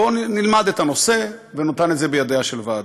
בואו נלמד את הנושא, ונתן את זה בידיה של ועדה.